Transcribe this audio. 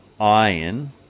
iron